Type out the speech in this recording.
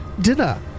dinner